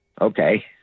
Okay